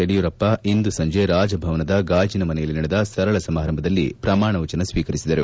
ಯಡಿಯೂರಪ್ಪ ಇಂದು ಸಂಜೆ ರಾಜಭವನದ ಗಾಜಿನ ಮನೆಯಲ್ಲಿ ನಡೆದ ಸರಳ ಸಮಾರಂಭದಲ್ಲಿ ಪ್ರಮಾಣವಚನ ಸ್ನೀಕರಿಸಿದರು